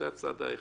זה צד אחד.